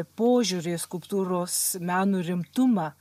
požiūrį į skulptūros meno rimtumą